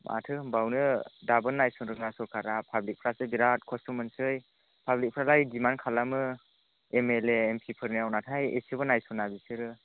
माथो होनबावनो दाबो नायसन्नो रोङा सरकारा पाब्लिकफ्रासो बेराट खस्थ' मोनसै पाब्लिकफ्रालाय डिमान्ड खालामो M L A M P फोरनिआव नाथाय एसेबो नायस'ना बिसोरो